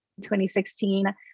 2016